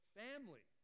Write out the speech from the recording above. family